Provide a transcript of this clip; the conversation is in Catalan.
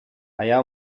allà